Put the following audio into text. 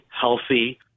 healthy